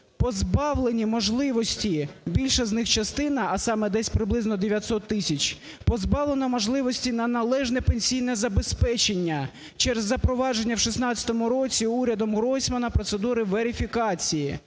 позбавлені можливості більша з них частина, а саме десь приблизно 900 тисяч, позбавлена можливості на належне пенсійне забезпечення через запровадження в 16-му році урядом Гройсмана процедури верифікації.